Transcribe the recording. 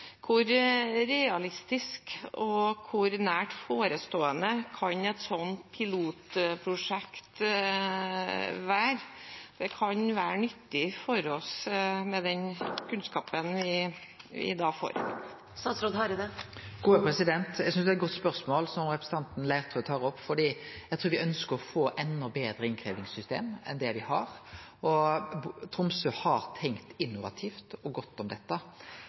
Hvor realistisk og hvor nært forestående kan et slikt pilotprosjekt være? Det kan være nyttig for oss med den kunnskapen vi da får. Eg synest det er eit godt spørsmål som representanten Leirtrø tar opp, for eg trur me ønskjer å få enda betre innkrevjingssystem enn det me har. Tromsø har tenkt innovativt og godt om dette.